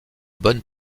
bonnes